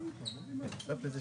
ב-22'.